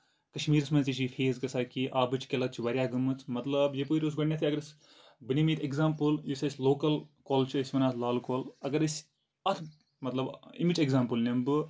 کَشمیٖرَس منٛز تہِ چھ یہِ فیس گژھان کہِ آبٕچ کِلتھ چھِ واریاہ گٔمٕژ مطلب یَپٲرۍ اوس مطلب اَگر أسۍ بہٕ نِمہٕ ییٚتہِ اٮ۪کزامپٕل یُس أسۍ لوکل کۄل چھِ أسۍ وَنان اَتھ لل کۄل اَگر أسۍ اَتھ مطلب اَمِچ اٮ۪کزامپٕل نِمہٕ بہٕ